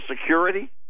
Security